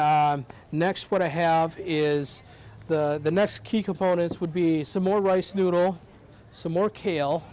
next what i have is the next key components would be some more rice noodle some more kale